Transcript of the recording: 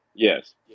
yes